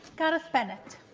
kind of bennett